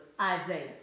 Isaiah